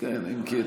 אדוני היושב-ראש,